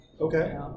Okay